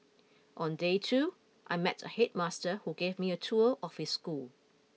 on day two I met a headmaster who gave me a tour of his school